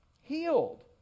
Healed